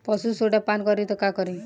पशु सोडा पान करी त का करी?